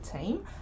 team